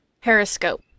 periscope